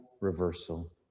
reversal